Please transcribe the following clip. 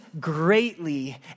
greatly